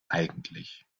eigentlich